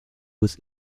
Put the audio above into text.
was